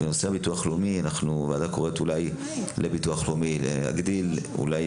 הוועדה קוראת לביטוח לאומי להגדיל אולי